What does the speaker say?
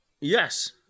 Yes